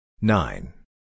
Nine